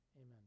Amen